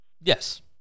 Yes